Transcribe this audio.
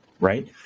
right